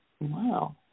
Wow